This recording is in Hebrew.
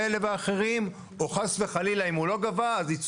לגבי שילוט,